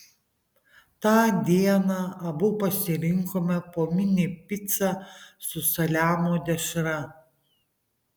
tą dieną abu pasirinkome po mini picą su saliamio dešra